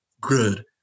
good